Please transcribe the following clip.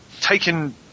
taken